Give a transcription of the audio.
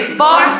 four